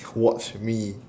watch me